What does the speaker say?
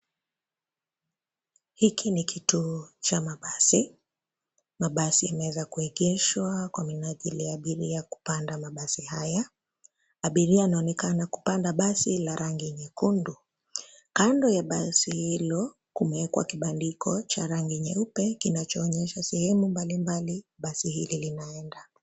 Hiki ni kituo cha mabasi. Mabasi imeweza kuegeshwa kwa minajili ya abiria kupanda mabasi haya. Abiria anaonekana kupanda basi la rangi nyekundu. Kando ya basi hilo kumewekwa kibandiko cha rangi nyeupe kinachoonyesha sehemu mbalimbali basi hili linaenda.